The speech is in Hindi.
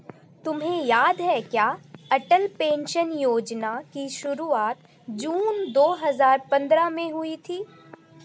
तुम्हें याद है क्या अटल पेंशन योजना की शुरुआत जून दो हजार पंद्रह में हुई थी?